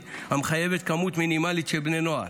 המחייבת כמות מינימלית של בני נוער.